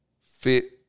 fit